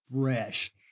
fresh